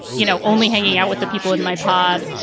you know, only hanging out with the people in my pod